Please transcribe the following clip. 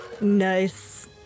nice